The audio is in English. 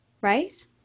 Right